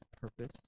purpose